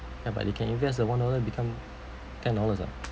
ya but you can invest the one dollar become ten dollars [what]